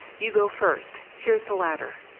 you go first here is the ladder!